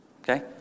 Okay